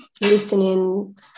listening